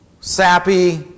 sappy